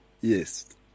Yes